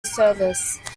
service